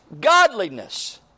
godliness